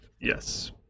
Yes